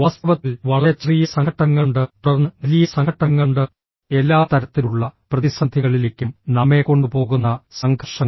വാസ്തവത്തിൽ വളരെ ചെറിയ സംഘട്ടനങ്ങളുണ്ട് തുടർന്ന് വലിയ സംഘട്ടനങ്ങളുണ്ട് എല്ലാ തരത്തിലുള്ള പ്രതിസന്ധികളിലേക്കും നമ്മെ കൊണ്ടുപോകുന്ന സംഘർഷങ്ങൾ